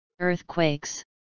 Earthquakes